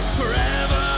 forever